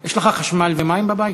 יש לך חשמל ומים בבית?